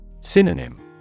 Synonym